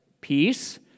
peace